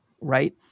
right